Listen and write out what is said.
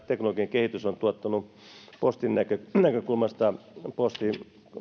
teknologinen kehitys on tuottanut postin näkökulmasta postin